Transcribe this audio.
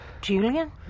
Julian